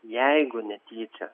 jeigu netyčia